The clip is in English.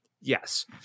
Yes